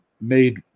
made –